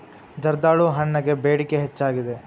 ಜರ್ದಾಳು ಹಣ್ಣಗೆ ಬೇಡಿಕೆ ಹೆಚ್ಚಾಗಿದೆ